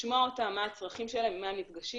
לשמוע אותם מה הצרכים שלהם ועם מה הם נפגשים